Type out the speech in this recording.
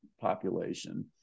population